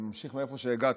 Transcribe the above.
אני ממשיך מאיפה שהגעתי.